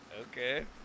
okay